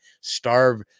starve